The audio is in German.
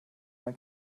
man